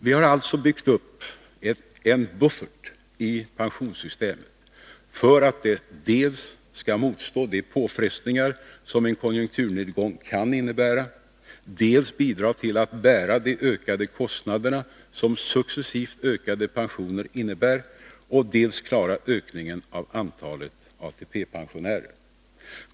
Vi har alltså byggt upp en buffert i pensionssystemet för att det skall dels motstå de påfrestningar som en konjunkturnedgång kan innebära, dels bidra till att bära de ökade kostnaderna som successivt ökade pensioner innebär och dels klara ökningen av antalet ATP-pensionärer.